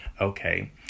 okay